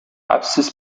apsis